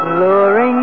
luring